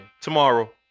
tomorrow